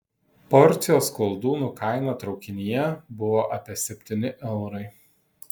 porcijos koldūnų kaina traukinyje buvo apie septyni eurai